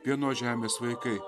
vienos žemės vaikai